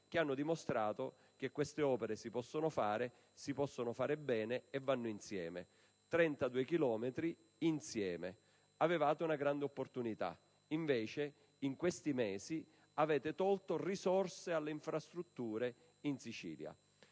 che hanno dimostrato che queste opere si possono fare, si possono fare bene e vanno insieme; 32 chilometri da fare insieme. Avevate una grande opportunità. Invece, in questi mesi, avete tolto risorse alle infrastrutture in Sicilia.